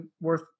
worth